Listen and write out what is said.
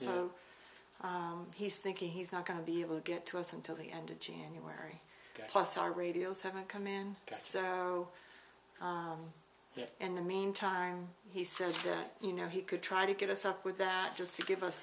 so he's thinking he's not going to be able to get to us until the end of january plus our radios haven't come in yet and the mean time he says that you know he could try to get us up with that just to give us